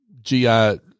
GI